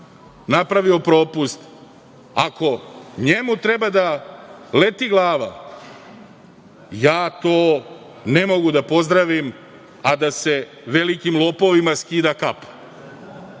napravio propust, ako njemu treba da leti glava, ja to ne mogu da pozdravim, a da se velikim lopovima skida kapa.